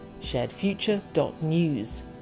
sharedfuture.news